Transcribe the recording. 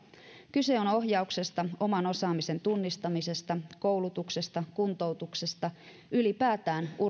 kyse on ohjauksesta oman osaamisen tunnistamisesta koulutuksesta kuntoutuksesta ylipäätään